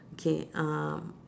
okay um